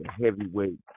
heavyweight